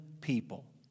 people